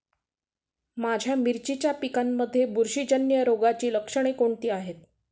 माझ्या मिरचीच्या पिकांमध्ये बुरशीजन्य रोगाची लक्षणे कोणती आहेत?